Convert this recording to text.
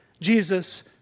Jesus